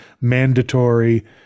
mandatory